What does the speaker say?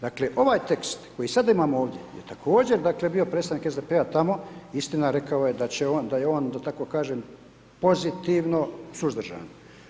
Dakle, ovaj tekst koji sada imamo ovdje je također dakle bio predstavnik SDP-a tamo, istina rekao je da je on da tako kažem pozitivno suzdržan.